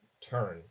turn